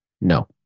No